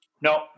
No